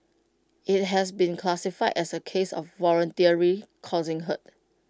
IT has been classified as A case of voluntarily causing hurt